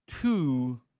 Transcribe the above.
two